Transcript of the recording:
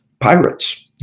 pirates